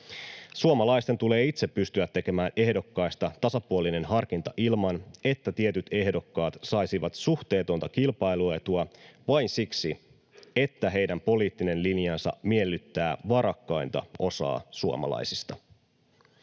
Suomalaisten tulee itse pystyä tekemään ehdokkaista tasapuolinen harkinta ilman, että tietyt ehdokkaat saisivat suhteetonta kilpailuetua vain siksi, että heidän poliittinen linjansa miellyttää varakkainta osaa suomalaisista.